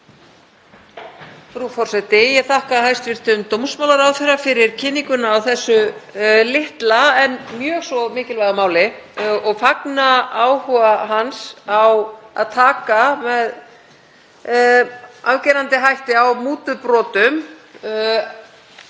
Frú forseti. Ég þakka hæstv. dómsmálaráðherra fyrir kynninguna á þessu litla en mjög svo mikilvægu máli og fagna áhuga hans á að taka með afgerandi hætti á mútubrotum